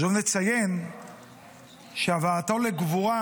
חשוב לציין שהבאתו לקבורה